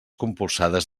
compulsades